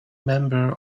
member